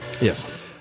Yes